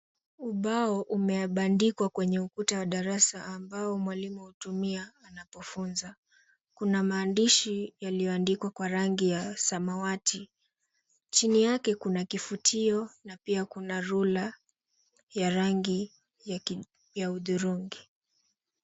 Ubao imebandikiwa kwenye ukuta wa darasa ambao mwalimu hutumia anapofunza. Kuna maandishi yaliyo andikwa kwa rangi ya samawati. Chini yake kuna kifutio na pia kuna rula ya rangi ya udhurungi.